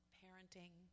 parenting